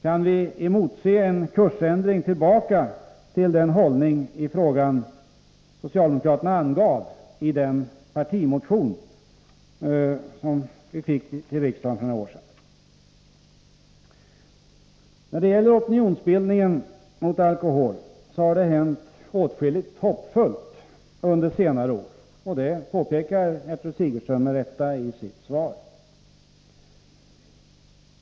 Kan vi emotse en kursändring tillbaka till den hållning i frågan som socialdemokraterna intog i sin partimotion till riksdagen för några år sedan? I fråga om opinionsbildningen mot alkohol har det hänt åtskilligt hoppfullt under senare år, vilket Gertrud Sigurdsen med rätta påpekar i sitt svar.